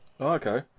Okay